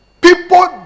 people